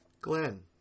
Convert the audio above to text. Glenn